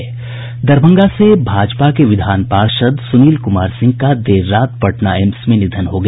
दरभंगा से भाजपा के विधान पार्षद सुनील कुमार सिंह का देर रात पटना एम्स में निधन हो गया